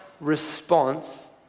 response